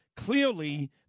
Clearly